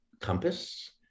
compass